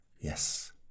Yes